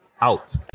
out